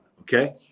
Okay